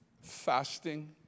fasting